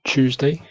Tuesday